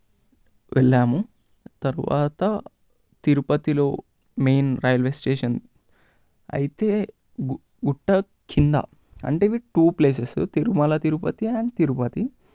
వెళ్ళాము తర్వాత తిరుపతిలో మెయిన్ రైల్వే స్టేషన్ అయితే గు గుట్ట కింద అంటే ఇవి two places Tirumala Tirupati and Tirupati